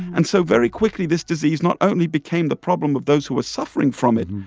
and so very quickly this disease not only became the problem of those who were suffering from it,